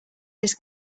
this